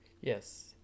Yes